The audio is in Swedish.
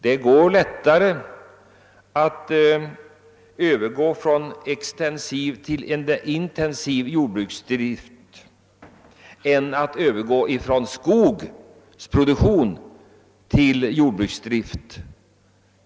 Det är lättare att övergå från extensiv till intensiv jordbruksdrift än att övergå från skogsproduktion till jordbruksdrift.